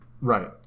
Right